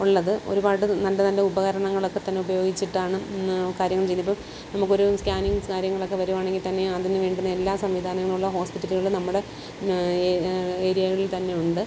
ഉള്ളത് ഒരുപാട് നല്ല നല്ല ഉപകരണങ്ങളൊക്കെ തന്നെ ഉപയോഗിച്ചിട്ടാണ് കാര്യങ്ങൾ ചെയ്യുന്നതിപ്പം നമുക്കൊരു സ്കാനിങ് കാര്യങ്ങളൊക്കെ വരുവാണെങ്കിൽ തന്നെ അതിന് വേണ്ടുന്ന എല്ലാ സംവിധാനങ്ങളുള്ള ഹോസ്പിറ്റല്കൾ നമ്മുടെ ഏരി ഏരിയകളിൽ തന്നുണ്ട്